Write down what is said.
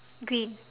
green